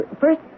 First